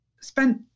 spent